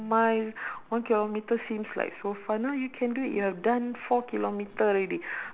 my one kilometre seems like so far now you can do it you have done four kilometre already